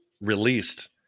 released